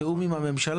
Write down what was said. בתיאום עם הממשלה,